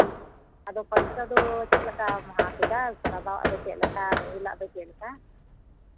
ᱟᱫᱚ ᱯᱚᱭᱥᱟ ᱫᱚ ᱪᱮᱫ ᱞᱮᱠᱟᱢ ᱦᱟᱛᱟᱣᱮᱫᱟ ᱥᱟᱫᱟᱣᱟᱜ ᱫᱚ ᱪᱮᱫ ᱞᱮᱠᱟ ᱨᱚᱝᱜᱤᱱᱟᱜ ᱫᱚ ᱪᱮᱫ ᱞᱮᱠᱟ